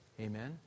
Amen